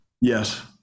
Yes